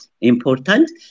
important